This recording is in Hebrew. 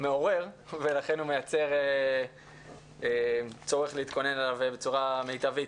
מעורר ולכן הוא מייצר צורך להתכונן אליו בצורה מיטבית.